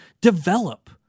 develop